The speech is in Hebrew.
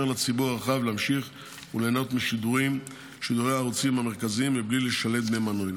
לציבור הרחב להמשיך ליהנות משידורי הערוצים המרכזיים מבלי לשלם דמי מנוי.